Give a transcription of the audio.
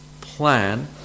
plan